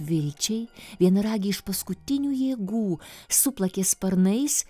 vilčiai vienaragį iš paskutinių jėgų suplakė sparnais